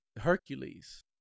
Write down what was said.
Hercules